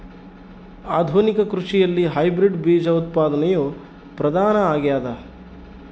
ಆಧುನಿಕ ಕೃಷಿಯಲ್ಲಿ ಹೈಬ್ರಿಡ್ ಬೇಜ ಉತ್ಪಾದನೆಯು ಪ್ರಧಾನ ಆಗ್ಯದ